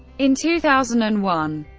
in two thousand and one,